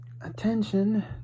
Attention